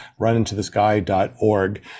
runintothesky.org